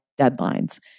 deadlines